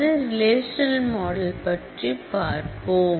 அடுத்து relational model பற்றி பார்ப்போம்